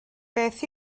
beth